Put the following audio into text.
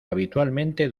habitualmente